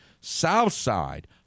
Southside